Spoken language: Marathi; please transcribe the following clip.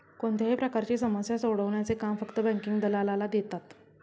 कोणत्याही प्रकारची समस्या सोडवण्याचे काम फक्त बँकिंग दलालाला देतात